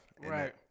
Right